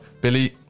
Billy